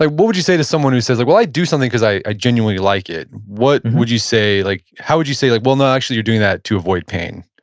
what would you say to someone who says, like well, i do something because i genuinely like it. what would you say? like how would you say, like well, no. actually you're doing that to avoid pain.